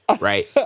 right